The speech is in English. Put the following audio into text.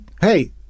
Hey